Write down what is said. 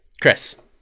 Chris